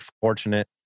fortunate